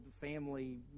family